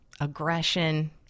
aggression